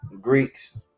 Greeks